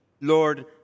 Lord